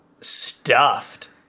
stuffed